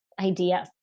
idea